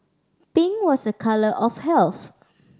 pink was a colour of health